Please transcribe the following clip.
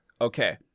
Okay